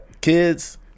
kids